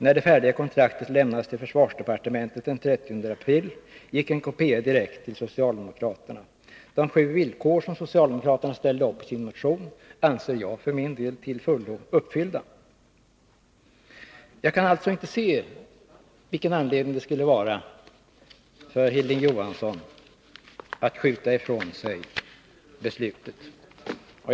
När det färdiga kontraktet lämnades till försvarsdepartementet den 30 april, gick en kopia direkt till socialdemokraterna. De sju villkor som socialdemokraterna ställde upp i sin motion anser jag för min del till fullo uppfyllda. Jag kan alltså inte se vilken anledning det skulle finnas för Hilding Johansson att skjuta ifrån sig beslutet.